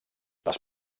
les